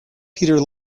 peter